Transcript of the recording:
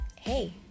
hey